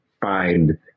find